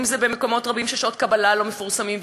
אם זה במקומות רבים ששעות קבלה לא מפורסמות,